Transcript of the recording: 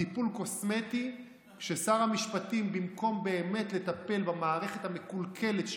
טיפול קוסמטי של שר המשפטים במקום באמת לטפל במערכת המקולקלת שלו,